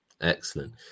Excellent